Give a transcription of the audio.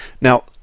Now